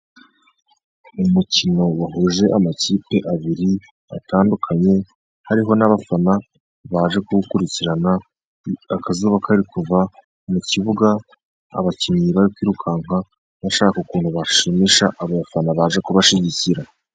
Umukino wahuje amakipe abiri atandukanye hariho n'abafana baje kuwukurikirana akazuba kari kuva . Mu kibuga, abakinnyi bari kwirukanka bashaka ukuntu bashimisha abafana baje kubashyigikira.